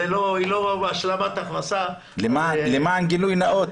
לא השלמת הכנסה -- למען גילוי נאות,